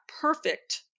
perfect